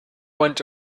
went